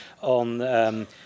on